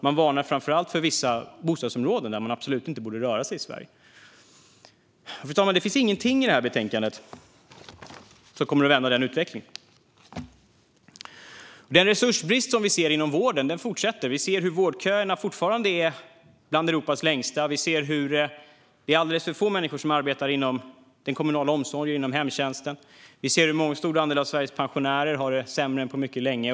De varnar framför allt för vissa bostadsområden i Sverige där man absolut inte bör röra sig. Fru talman! Det finns ingenting i det här betänkandet som kommer att vända den utvecklingen. Den resursbrist vi ser inom vården fortsätter. Vi ser att vårdköerna fortfarande är bland Europas längsta. Vi ser att alldeles för få människor arbetar inom den kommunala omsorgen, hemtjänsten. Vi ser att en stor andel av Sveriges pensionärer har det sämre än på mycket länge.